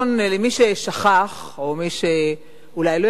למי ששכח או מי שאולי לא ידע,